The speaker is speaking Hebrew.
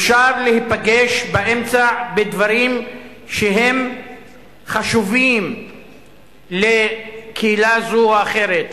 אפשר להיפגש באמצע בדברים שהם חשובים לקהילה זו או אחרת,